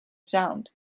sound